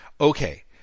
Okay